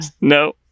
No